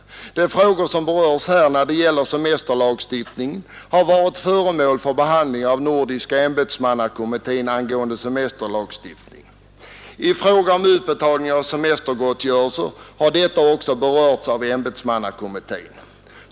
De frågor som berörs här när det gäller semesterlagstiftningen har varit föremål för behandling av nordiska ämbetsmannautskottet. Frågan om utbetalning av semestergottgörelse har också berörts av ämbetsmannautskottet.